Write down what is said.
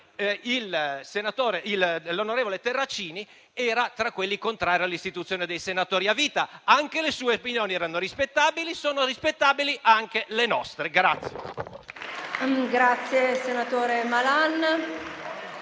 l'onorevole Terracini era tra quanti erano contrari all'istituzione dei senatori a vita. Anche le sue opinioni erano rispettabili, come lo sono anche le nostre.